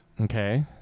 Okay